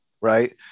right